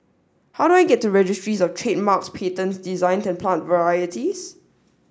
how do I get to Registries Of Trademarks Patents and Plant Varieties